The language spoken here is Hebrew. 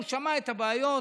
הוא שמע את הבעיות,